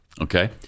okay